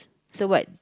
so what